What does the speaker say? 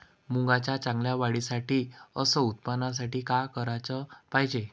मुंगाच्या चांगल्या वाढीसाठी अस उत्पन्नासाठी का कराच पायजे?